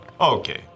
Okay